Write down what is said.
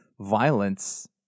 violence